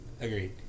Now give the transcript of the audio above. Agreed